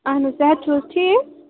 اہن حظ صحت چھُو حظ ٹھیک